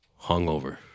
hungover